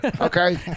Okay